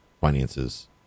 finances